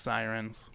Sirens